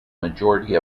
majority